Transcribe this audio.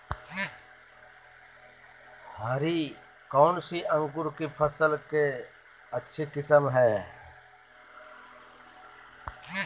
हरी कौन सी अंकुर की फसल के अच्छी किस्म है?